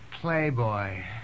Playboy